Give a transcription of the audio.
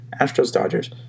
Astros-Dodgers